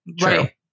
Right